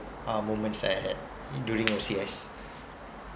uh moments that I had in during O_C_S